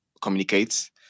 communicate